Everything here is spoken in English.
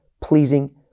pleasing